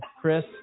Chris